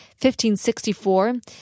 1564